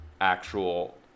actual